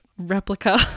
Replica